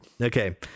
okay